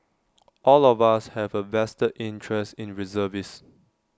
all of us have A vested interest in reservist